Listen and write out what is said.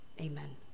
Amen